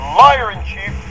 liar-in-chief